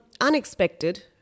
unexpected